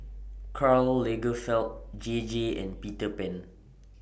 Karl Lagerfeld J J and Peter Pan